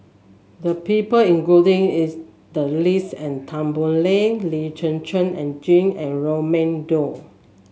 the people including is the list and Tan Boo Liat Lee Zhen Zhen and Jane and Raman Daud